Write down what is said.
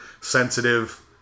sensitive